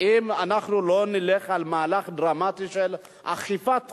שאם אנחנו לא נלך על מהלך דרמטי של אכיפת חוקים,